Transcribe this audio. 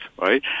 right